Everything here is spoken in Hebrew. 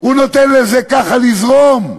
הוא נותן לזה ככה לזרום,